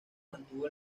mantuvo